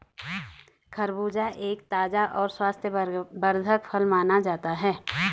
खरबूजा एक ताज़ा और स्वास्थ्यवर्धक फल माना जाता है